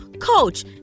coach